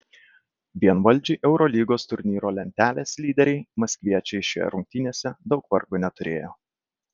vienvaldžiai eurolygos turnyro lentelės lyderiai maskviečiai šiose rungtynėse daug vargo neturėjo